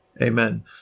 Amen